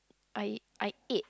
I I ate